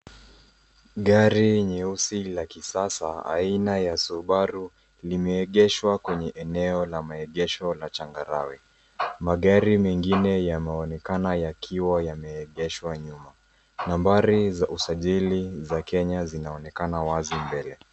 Gari nyeusi la kisasa aina ya Subaru limeegeshwa kwenye eneo la maegesho la changarawe. Magari mengine yameonekana yakiwa yameegeshwa nyuma. Nambari za usajili za Kenya zinaonekana wazi mbele.